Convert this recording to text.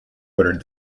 ordered